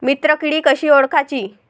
मित्र किडी कशी ओळखाची?